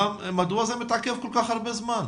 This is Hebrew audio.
מדוע זה מתעכב כל כך הרבה זמן?